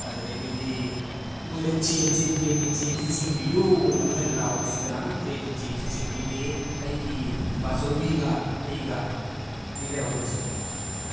ꯑꯗꯨꯗꯒꯤꯗꯤ ꯃꯣꯏꯗ ꯆꯦꯟꯁꯦ ꯇ꯭ꯔꯦꯟꯒꯤ ꯆꯦꯟꯁꯦ ꯆꯤꯡꯕꯤꯌꯨꯅ ꯑꯩꯈꯣꯏꯅ ꯂꯧꯕꯁꯤ ꯀꯅꯝꯇ ꯇ꯭ꯔꯦꯟꯁꯦ ꯆꯦꯟꯁꯦ ꯆꯤꯡꯕꯤꯗꯦ ꯑꯩꯒꯤ ꯃꯥꯆꯧꯕꯤꯒ ꯑꯩꯒꯅꯤ ꯂꯩꯍꯧꯕꯁꯦ